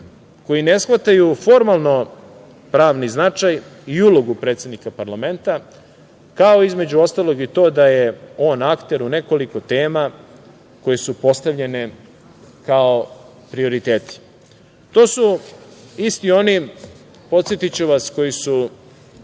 koji ne shvataju formalnopravni značaj i ulogu predsednika parlamenta, kao između ostalog i to da je on akter u nekoliko tema koje su postavljene kao prioriteti. To su isti oni, podsetiću vas, koji su